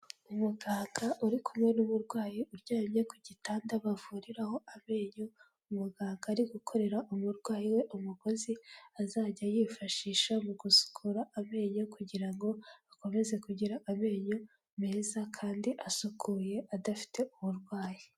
Umuganga uri kumwe n'umurwayi uryamye ku gitanda bavuriraho amenyo, umuganga ari gukorera umurwayi we umugozi azajya yifashisha mu gusukura amenyo, kugira ngo akomeze kugira amenyo meza kandi asukuye adafite uburwayi.